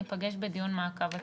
ניפגש בדיון מעקב עתידי.